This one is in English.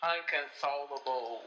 Unconsolable